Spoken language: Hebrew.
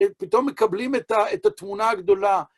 פתאום מקבלים את התמונה הגדולה.